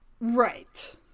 right